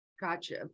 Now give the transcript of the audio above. Gotcha